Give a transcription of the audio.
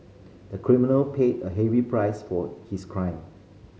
the criminal paid a heavy price for his crime